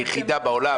היחידה בעולם.